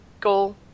goal